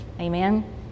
Amen